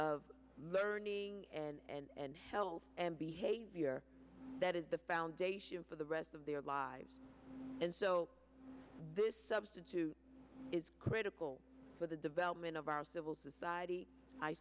of learning and health and behavior that is the foundation for the rest of their lives and so this substitute is critical for the development of our civil society i